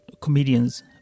comedians